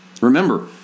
Remember